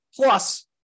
Plus